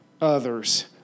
others